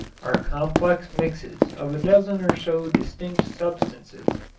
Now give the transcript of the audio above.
are complex mixtures of a dozen or so distinct substances.